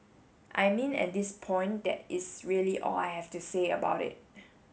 I mean at this point that is really all I have to say about it